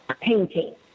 painting